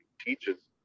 teaches